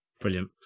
Brilliant